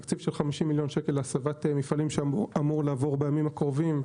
תקציב של ה-50 מיליון שקל להסבת מפעלים שאמור לעבור בימים הקרובים,